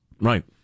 Right